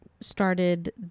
started